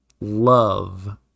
love